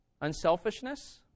Unselfishness